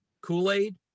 Kool-Aid